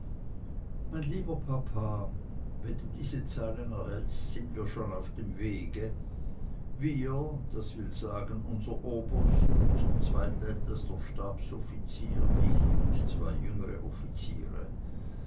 mein lieber papa wenn du diese zeilen erhältst sind wir schon auf dem wege wir das will sagen unser oberst unser zweitältester stabsoffizier ich und zwei jüngere offiziere